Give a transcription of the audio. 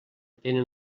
tenen